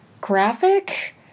graphic